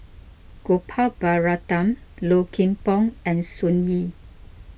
Gopal Baratham Low Kim Pong and Sun Yee